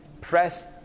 press